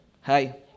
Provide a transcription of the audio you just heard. Hi